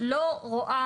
לא רואה